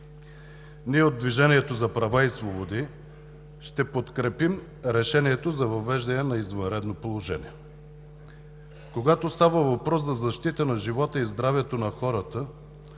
От „Движението за права и свободи“ ще подкрепим Решението за въвеждане на извънредно положение. Когато става въпрос за защита на живота и здравето на хората,